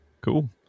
Cool